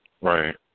Right